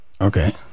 Okay